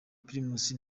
primus